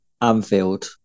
Anfield